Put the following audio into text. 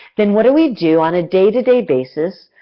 then what do we do on a day to day basis,